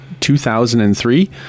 2003